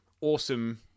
awesome